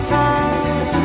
time